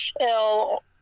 ill